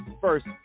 first